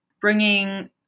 bringing